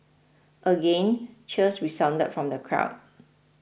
again cheers resounded from the crowd